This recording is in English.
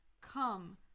Come